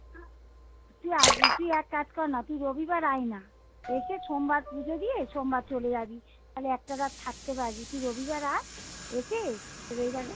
তুই আসবি তুই এক কাজ কর না তুই রবিবার আয় না এসে সোমবার পুজো দিয়ে সোমবার চলে যাবি তাহলে একটা রাত থাকতে পারবি তুই রবিবার আয় এসে রবিবার